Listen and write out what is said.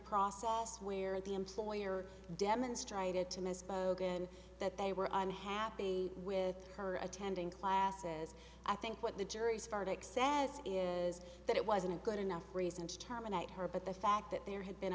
process where the employer demonstrated to miss bogan that they were unhappy with her attending classes i think what the jury's verdict says is that it wasn't a good enough reason to terminate her but the fact that there had been